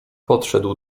podszedł